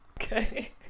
Okay